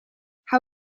how